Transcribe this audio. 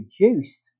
reduced